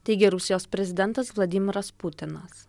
taigi rusijos prezidentas vladimiras putinas